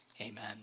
Amen